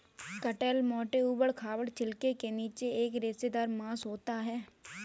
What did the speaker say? कटहल मोटे, ऊबड़ खाबड़ छिलके के नीचे एक रेशेदार मांस होता है